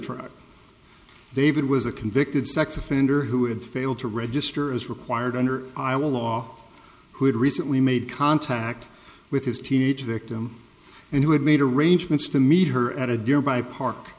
truck david was a convicted sex offender who had failed to register as required under iowa law who had recently made contact with his teenage victim and who had made arrangements to meet her at a deer by a park